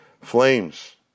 flames